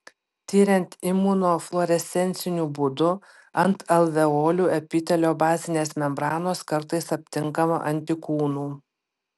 tiriant imunofluorescenciniu būdu ant alveolių epitelio bazinės membranos kartais aptinkama antikūnų